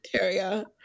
area